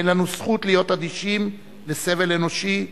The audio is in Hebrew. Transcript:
אין לנו זכות להיות אדישים לסבל אנושי,